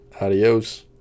Adios